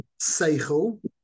Seichel